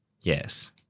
Yes